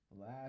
last